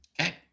okay